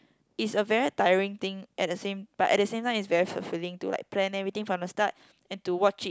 is a very tiring thing at the same but at the same time it's very fulfilling to like plan everything from the start and to watch it